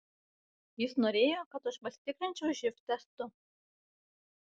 jis norėjo kad aš pasitikrinčiau živ testu